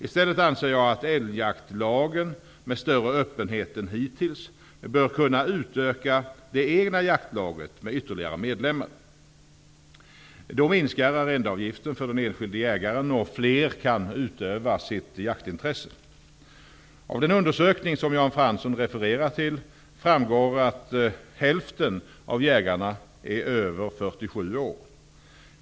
I stället anser jag att älgjaktlagen med större öppenhet än hittills bör kunna utöka det egna jaktlaget med ytterligare medlemmar. Då minskar arrendeavgiften för den enskilde jägaren och fler kan utöva sitt jaktintresse. Av den undersökning som Jan Fransson referar till framgår att hälften av jägarna är över 47 år.